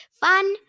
Fun